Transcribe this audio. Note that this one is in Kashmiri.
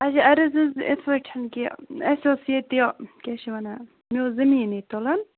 اچھا عرض اوس یِتھ پٲٹھۍ کہِ اَسہِ اوس ییٚتہِ کیٛاہ چھِ وَنان مےٚ اوس زٔمیٖن ییٚتہِ تُلُن